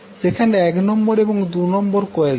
যেখানে এক নম্বর এবং দুই নম্বর কোয়েল থাকে